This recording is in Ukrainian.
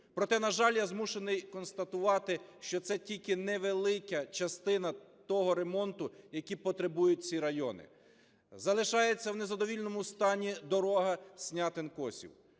Проте, на жаль, я змушений констатувати, що це тільки невелика частина того ремонту, який потребують ці райони. Залишається в незадовільному стані дорога Снятин-Косів.